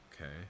okay